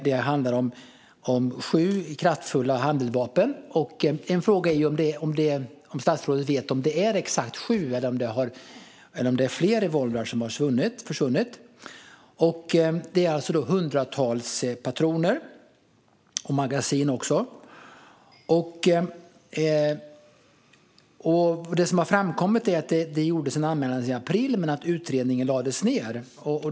Det handlar om sju kraftfulla handeldvapen - en fråga är om statsrådet vet om det är exakt sju eller om det är fler pistoler som har försvunnit - samt hundratals patroner och även magasin. Det som har framkommit är att det gjordes en anmälan i april men att utredningen lades ned.